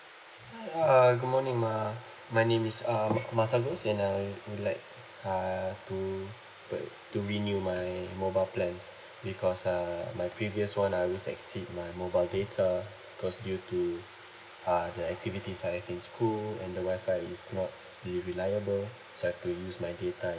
hi um good morning uh my name is uh masagus and uh I would like uh to like to renew my mobile plans because uh my previous one uh was exceed my mobile data cause due to uh the activities I have in school and the wi-fi is not really reliable so I've to use my data